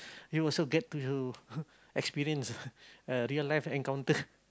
you also get to experience uh real life encounter